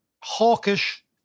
hawkish